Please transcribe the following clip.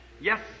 Yes